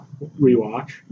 rewatch